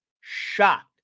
Shocked